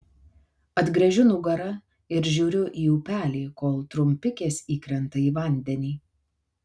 atgręžiu nugarą ir žiūriu į upelį kol trumpikės įkrenta į vandenį